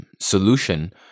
Solution